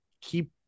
keep